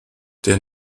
der